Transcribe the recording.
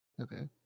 Okay